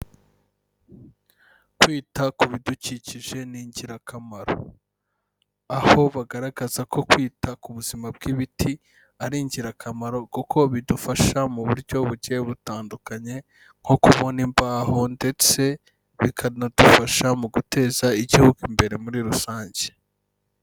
Kwita ku bidukikije ni ingirakamaro, aho bagaragaza ko kwita ku buzima bw'ibiti ari ingirakamaro kuko bidufasha mu buryo bugiye butandukanye, nko kubona imbaho ndetse bikanadufasha mu guteza igihugu imbere muri rusange.